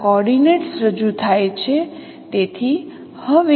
તેથી મારી પાસે y T x' અને y' T'x' તેથી x T y હશે